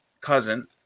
cousin